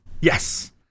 Yes